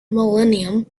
millennium